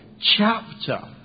chapter